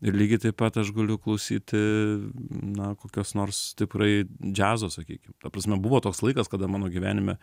ir lygiai taip pat aš galiu klausyti na kokios nors stiprai džiazo sakykim ta prasme buvo toks laikas kada mano gyvenime